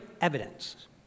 evidence